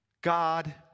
God